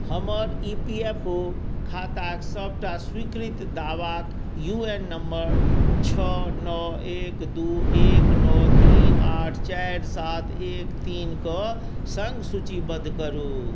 हमर E P F O खाताके सबटा स्वीकृत दावाके यू एन नम्बर छओ नओ एक दुइ एक नओ तीन आठ चारि सात एक तीनके सङ्ग सूचीबद्ध करू